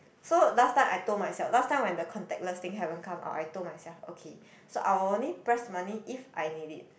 so last time I told myself last time when the contactless thing haven't come out I told myself okay so I will only press money if I need it